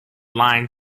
line